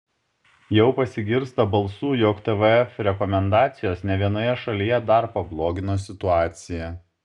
jau pasigirsta balsų jog tvf rekomendacijos ne vienoje šalyje dar pablogino situaciją